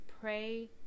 pray